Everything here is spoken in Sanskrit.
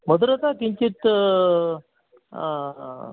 मधुरता किञ्चित्